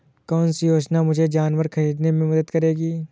कौन सी योजना मुझे जानवर ख़रीदने में मदद करेगी?